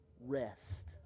rest